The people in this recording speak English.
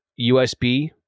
USB